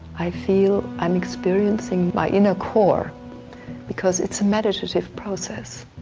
i feel i am experiencing my inner core because it's a meditative process.